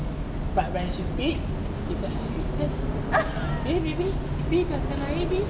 but when she speaks is a you know eh baby B passkan air B